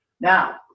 Now